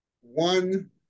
one